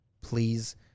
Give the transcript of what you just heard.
please